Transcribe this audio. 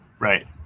Right